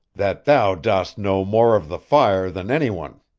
that thou dost know more of the fire than any one.